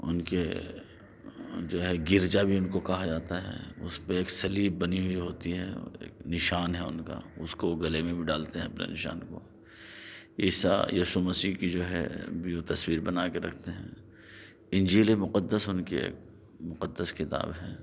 اُن کے جو ہے گرجا بھی اُن کو کہا جاتا ہے اُس پہ ایک صلیب بنی ہوئی ہوتی ہے ایک نشان ہے اُن کا اُس کو گلے میں بھی ڈالتے ہیں اپنے نشان کو عیسی یسوح مسیح کی جو ہے بھی وہ تصویر بناکے رکھتے ہیں انجیلِ مقدس اُن کی ایک مقدس کتاب ہے